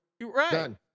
Right